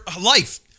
life